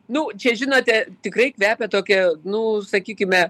nu čia žinote tikrai kvepia tokia nu sakykime